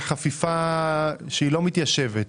חפיפה שלא מתיישבת.